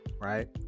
Right